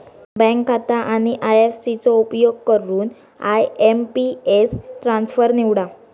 bank खाता आणि IFC चो उपयोग करून आय.एम.पी.एस ट्रान्सफर निवडा